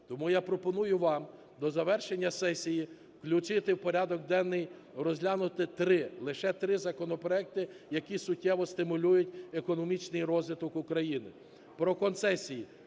Тому я пропоную вам до завершення сесії включити в порядок денний, розглянути три, лише три законопроекти, які суттєво стимулюють економічний розвиток України: